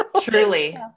Truly